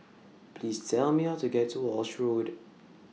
Please Tell Me How to get to Walshe Road